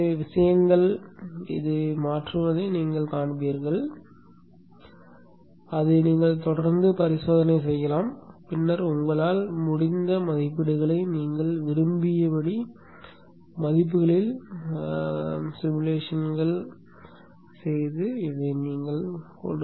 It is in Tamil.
எனவே விஷயங்கள் மாறுவதை நீங்கள் காண்பீர்கள் அதை நீங்கள் தொடர்ந்து பரிசோதனை செய்யலாம் பின்னர் உங்களால் முடிந்த மதிப்புகளை நீங்கள் விரும்பியபடி மதிப்புகளில் உருவகப்படுத்துதல் செருகலுக்குச் செல்லலாம்